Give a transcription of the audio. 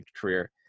career